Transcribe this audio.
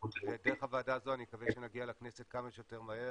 דרך הוועדה הזו אני מקווה שנגיע לכנסת כמה שיותר מהר